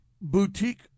boutique